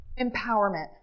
Empowerment